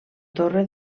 torre